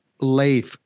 Lathe